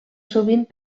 sovint